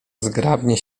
zgrabnie